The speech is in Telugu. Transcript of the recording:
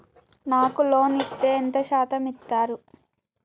నాకు లోన్ ఇత్తే ఎంత శాతం ఇత్తరు?